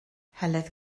heledd